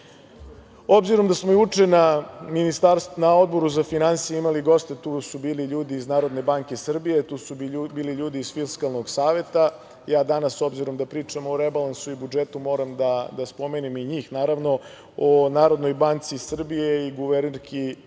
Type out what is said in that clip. na to da smo juče na Odboru za finansije imali goste, tu su bili ljudi iz Narodne banke Srbije, tu su bili ljudi iz Fiskalnog saveta, ja danas, s obzirom da pričam o rebalansu i budžetu, moram da spomenem i njih, naravno. O Narodnoj banci Srbije i guvernerki